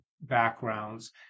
backgrounds